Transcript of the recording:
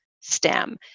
STEM